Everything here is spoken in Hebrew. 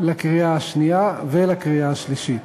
לקריאה השנייה ולקריאה השלישית.